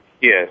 Yes